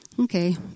Okay